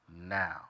Now